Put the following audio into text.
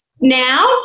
now